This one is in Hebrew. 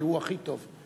כי הוא הכי טוב.